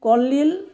কলডিল